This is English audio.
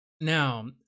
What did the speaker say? Now